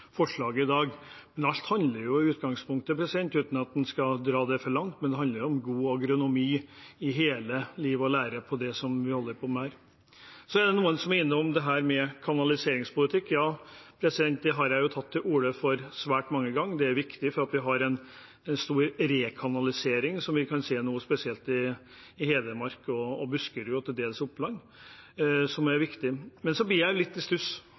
forslaget i dag. Men alt handler i utgangspunktet om – uten at en skal dra det for langt – god agronomi i liv og lære i det som vi her holder på med. Så er det noen som er innom dette med kanaliseringspolitikk. Det har jeg tatt til orde for svært mange ganger. Det er viktig at vi har en stor rekanalisering, som vi nå kan se, spesielt i Hedmark og Buskerud og til dels i Oppland. Men så blir jeg litt i stuss.